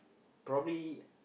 probably